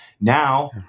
Now